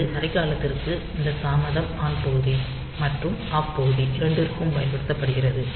இது அரை காலத்திற்கு இந்த தாமதம் ஆன் பகுதி மற்றும் ஆஃப் பகுதி இரண்டிற்கும் பயன்படுத்தப்படுகிறது